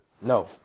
No